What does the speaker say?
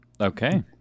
Okay